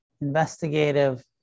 investigative